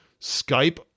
Skype